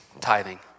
tithing